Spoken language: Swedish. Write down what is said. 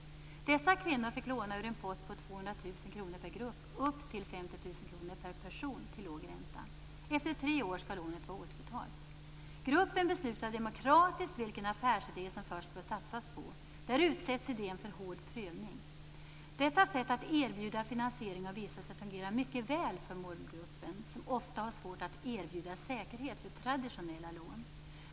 Dessa kvinnor fick låna ur en pott på 200 000 kr per grupp upp till 50 000 kr per person till låg ränta. Efter tre år skall lånet vara återbetalt. Gruppen beslutar demokratiskt vilken affärsidé som först bör satsas på. Där utsätts idén för hård prövning. Detta sätt att erbjuda finansiering har visat sig fungera mycket väl för målgruppen, som ofta har svårt att erbjuda säkerhet för traditionella lån.